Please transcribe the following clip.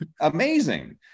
amazing